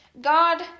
God